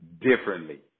differently